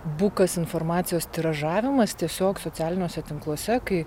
bukas informacijos tiražavimas tiesiog socialiniuose tinkluose kai